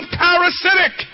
parasitic